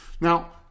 Now